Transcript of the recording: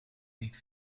niet